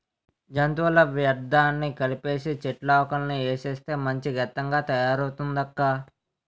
జంతువుల వ్యర్థాలన్నీ కలిపీసీ, చెట్లాకులన్నీ ఏసేస్తే మంచి గెత్తంగా తయారయిందక్కా